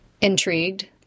Intrigued